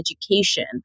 education